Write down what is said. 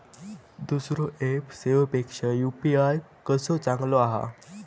दुसरो ऍप सेवेपेक्षा यू.पी.आय कसो चांगलो हा?